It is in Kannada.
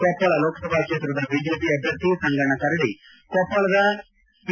ಕೊಪ್ಪಳ ಲೋಕಸಭಾ ಕ್ಷೇತ್ರದ ಬಿಜೆಪಿ ಅಭ್ವರ್ಥಿ ಸಂಗಣ್ಣ ಕರಡಿ ಕೊಪ್ಪಳದ ಪಿ